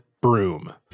broom